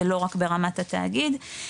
ולא רק ברמת התאגיד.